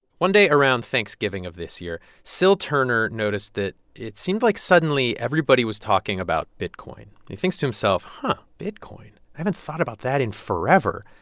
one day around thanksgiving of this year, syl turner noticed that it seemed like suddenly everybody was talking about bitcoin. and he thinks to himself, and bitcoin haven't thought about that in forever.